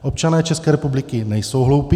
Občané České republiky nejsou hloupí.